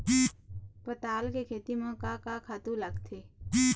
पताल के खेती म का का खातू लागथे?